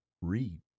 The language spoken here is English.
read